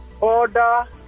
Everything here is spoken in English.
order